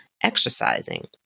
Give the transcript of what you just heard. exercising